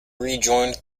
rejoined